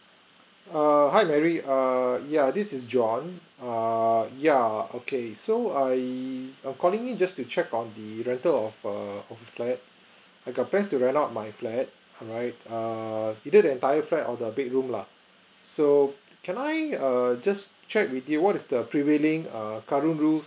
err hi mary err yeah this is john err yeah okay so I I'm calling in just to check on the rental of a of a flat I got plan to rent out my flat alright err either the entire fat or the bedroom lah so can I err just check with you what is the prevailing err current rules